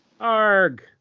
Arg